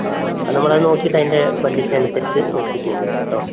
ആ ആ നമ്മൾ അത് നോക്കിയിട്ട് അതിൻ്റെ ബഡ്ജറ്റ് അനുസരിച്ച് നോക്കിയിട്ട് ചെയ്ത് തരാം കേട്ടോ